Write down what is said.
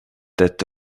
that